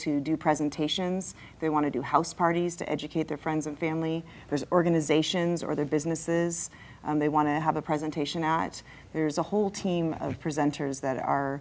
to do presentations they want to do house parties to educate their friends and family there's organizations or their businesses they want to have a presentation at there's a whole team of presenters that are